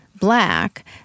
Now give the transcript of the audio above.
black